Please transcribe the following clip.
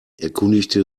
erkundigte